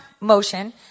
motion